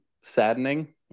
saddening